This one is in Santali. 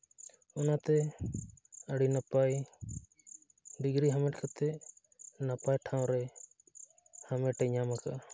ᱚᱱᱟᱛᱮ ᱟᱹᱰᱤ ᱱᱟᱯᱟᱭ ᱰᱤᱜᱽᱨᱤ ᱦᱟᱢᱮᱴ ᱠᱟᱛᱮᱫ ᱱᱟᱯᱟᱭ ᱴᱷᱟᱶ ᱨᱮ ᱦᱟᱢᱮᱴᱮ ᱧᱟᱢ ᱟᱠᱟᱜᱼᱟ